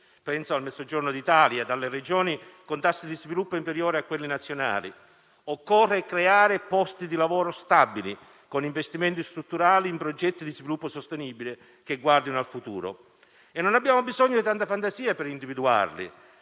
Penso al Mezzogiorno d'Italia e alle Regioni con tassi di sviluppo inferiori a quelli nazionali. Occorre creare posti di lavoro stabili, con investimenti strutturali in progetti di sviluppo sostenibile che guardino al futuro. Non abbiamo bisogno di tanta fantasia per individuarli: